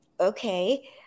okay